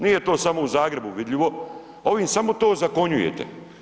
Nije to samo u Zagrebu vidljivo, ovim samo to ozakonjujete.